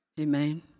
Amen